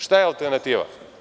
Šta je alternativa?